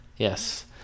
Yes